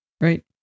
Right